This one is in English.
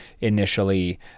initially